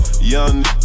Young